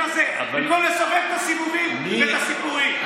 הזה במקום לסובב את הסיבובים ואת הסיפורים.